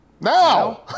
Now